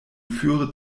führe